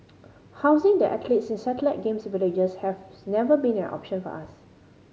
housing the athletes in satellite Games Villages have never been an option for us